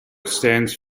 stands